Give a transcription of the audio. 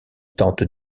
tente